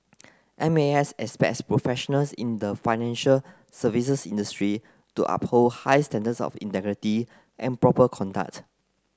M A S expects professionals in the financial services industry to uphold high standards of integrity and proper conduct